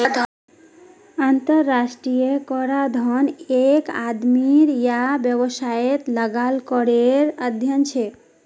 अंतर्राष्ट्रीय कराधन एक आदमी या वैवसायेत लगाल करेर अध्यन छे